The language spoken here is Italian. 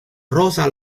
rosa